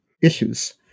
issues